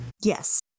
Yes